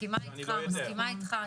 מסכימה אתך.